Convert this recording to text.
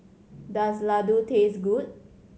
does laddu taste good